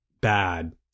bad